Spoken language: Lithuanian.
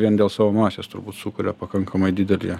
vien dėl savo masės turbūt sukuria pakankamai didelį